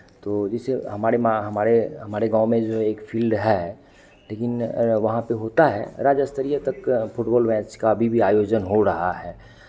तो जिसे हमारे माँ हमारे गाँव में जो है एक फिल्ड है लेकिन वहाँ पे होता है राज्य स्तरीय तक का फुटबॉल मैच का अभी भी आयोजन हो रहा है